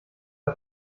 der